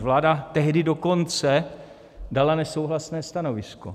Vláda tehdy dokonce dala nesouhlasné stanovisko.